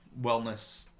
Wellness